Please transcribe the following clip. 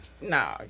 Nah